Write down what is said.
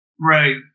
Right